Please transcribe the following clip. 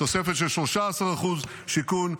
תוספת של 13%; שיכון,